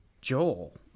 Joel